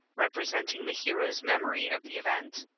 representing the hero's memory of the event.